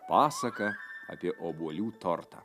pasaka apie obuolių tortą